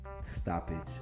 stoppage